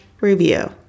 review